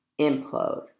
implode